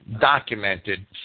documented